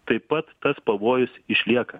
taip pat tas pavojus išlieka